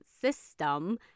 system